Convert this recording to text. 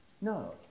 no